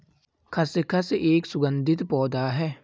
खसखस एक सुगंधित पौधा है